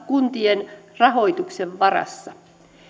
kuntien rahoituksen varassa